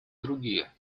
другие